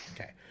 Okay